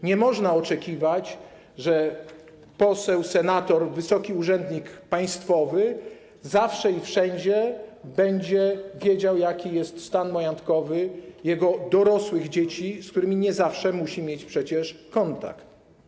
Nie można oczekiwać, że poseł, senator, wysoki urzędnik państwowy zawsze i wszędzie będzie wiedział, jaki jest stan majątkowy jego dorosłych dzieci, z którymi przecież nie zawsze musi mieć kontakt.